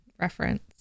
reference